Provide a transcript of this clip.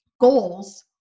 goals